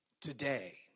today